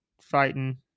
fighting